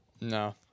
No